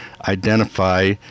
identify